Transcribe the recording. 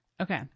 Okay